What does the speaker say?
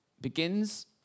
begins